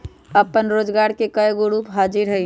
अप्पन रोजगार के कयगो रूप हाजिर हइ